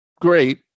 great